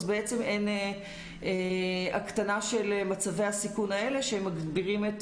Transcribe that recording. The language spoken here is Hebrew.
אז בעצם אין הקטנה של מצבי הסיכון האלה שהם מגבירים את